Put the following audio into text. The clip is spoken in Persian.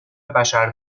بشر